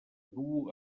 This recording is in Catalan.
duu